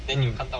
mm